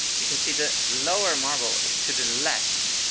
you can see the lower marble is to the left,